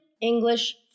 English